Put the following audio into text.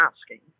asking